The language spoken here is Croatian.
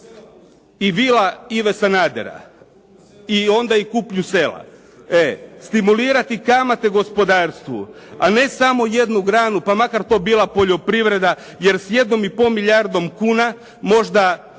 i vila Ive Sanadera i onda i kupnju sela. Stimulirati kamate gospodarstvu, a ne samo jednu granu pa makar to bila poljoprivreda jer s jednom i pol milijardom kuna možda